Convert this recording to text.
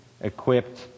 Equipped